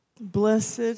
blessed